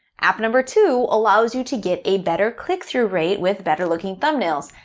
app number two allows you to get a better click-through rate with better-looking thumbnails.